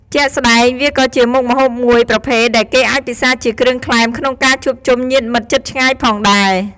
ជាក់ស្ដែង វាក៏ជាមុខម្ហូបមួយប្រភេទដែលគេអាចពិសាជាគ្រឿងក្លែមក្នុងការជួបជុំញាតិមិត្តជិតឆ្ងាយផងដែរ។